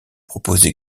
proposé